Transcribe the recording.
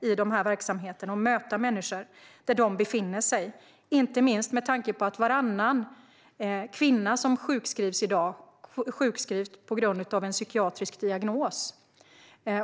i dessa verksamheter och möta människor där de befinner sig, inte minst med tanke på att varannan kvinna som sjukskrivs i dag sjukskrivs på grund av en psykiatrisk diagnos.